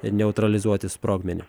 neutralizuoti sprogmenį